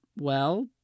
Well